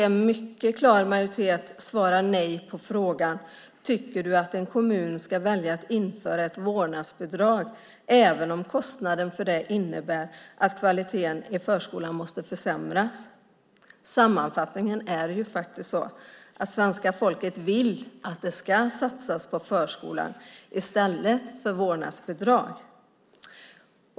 En mycket klar majoritet svarar nej på frågan: Tycker du att en kommun ska välja att införa ett vårdnadsbidrag även om kostnaden för det innebär att kvaliteten i förskolan måste försämras? Sammanfattningen är att svenska folket vill att det ska satsas på förskolan i stället för vårdnadsbidrag.